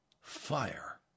fire